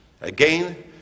Again